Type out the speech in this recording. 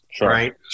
right